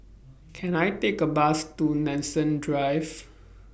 Can I Take A Bus to Nanson Drive